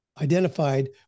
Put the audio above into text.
identified